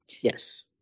Yes